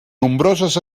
nombroses